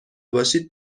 باشید